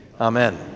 Amen